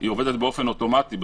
עובדת באופן אוטומטי,